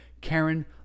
karen